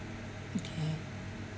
okay